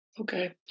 Okay